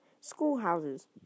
Schoolhouses